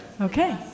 Okay